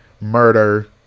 murder